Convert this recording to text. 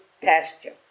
pasture